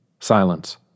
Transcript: Silence